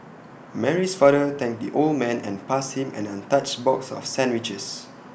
Mary's father thanked the old man and passed him an untouched box of sandwiches